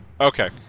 Okay